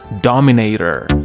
Dominator